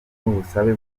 n’ubusabe